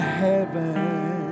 heaven